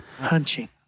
Hunching